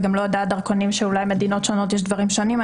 אולי בדרכונים של מדינות אחרות יש דברים שונים.